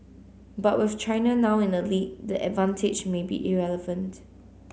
but with China now in the lead the advantage may be irrelevant